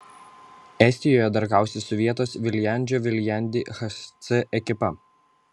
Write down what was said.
estijoje dar kausis su vietos viljandžio viljandi hc ekipa